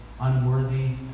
unworthy